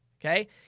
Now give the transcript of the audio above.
Okay